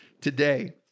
today